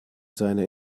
seine